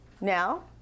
Now